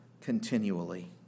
continually